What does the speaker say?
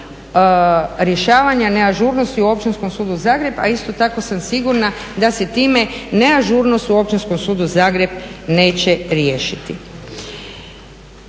rješavanja neažurnosti u Općinskom sudu Zagreb. A isto tako sam sigurna da se time neažurnost u Općinskom sudu Zagreb neće riješiti.